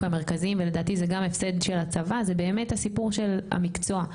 המרכזיים ולדעתי זה גם הפסד של הצבא זה באמת הסיפור של המקצוע,